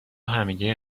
همگی